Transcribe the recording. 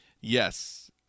Yes